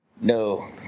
No